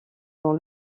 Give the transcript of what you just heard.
dans